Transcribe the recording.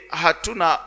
hatuna